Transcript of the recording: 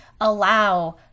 allow